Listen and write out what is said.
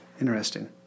Interesting